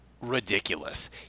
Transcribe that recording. ridiculous